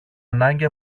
ανάγκη